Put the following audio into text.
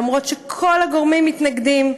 אף שכל הגורמים מתנגדים,